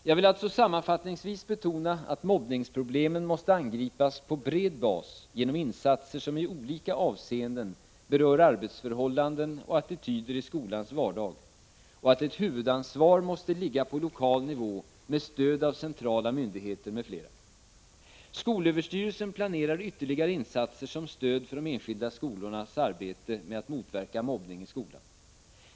Jag vill alltså sammanfattningsvis betona att mobbningsproblemen måste angripas på bred bas genom insatser som i olika avseenden berör arbetsförhållanden och attityder i skolans vardag och att ett huvudansvar måste ligga på lokal nivå med stöd av centrala myndigheter m.fl. Skolöverstyrelsen planerar ytterligare insatser som stöd för de enskilda skolornas arbete med att motverka mobbning i skolan.